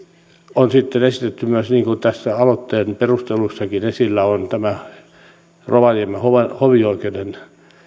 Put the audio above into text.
sitten tässä aloitteen perusteluissakin esillä on tämä rovaniemen hovioikeuden